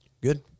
Good